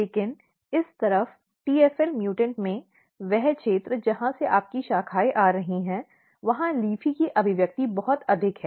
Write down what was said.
लेकिन इस तरफ tfl म्यूटॅन्ट में वह क्षेत्र जहां से आपकी शाखाएं आ रही हैं वहां LEAFY की अभिव्यक्ति बहुत अधिक है